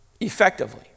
effectively